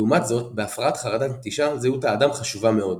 לעומת זאת בהפרעת חרדת נטישה זהות האדם חשובה מאוד.